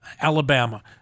Alabama